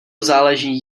záleží